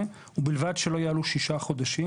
ובלבד שלא יעלו ששה חודשים.